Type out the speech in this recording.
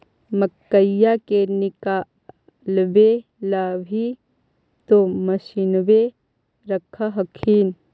मकईया के निकलबे ला भी तो मसिनबे रख हखिन?